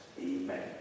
Amen